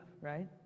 right